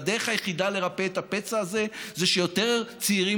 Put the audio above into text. והדרך היחידה לרפא את הפצע הזה זה שיותר צעירים